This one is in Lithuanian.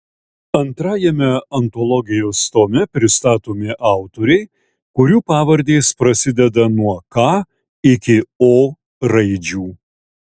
antrajame antologijos tome pristatomi autoriai kurių pavardės prasideda nuo k iki o raidžių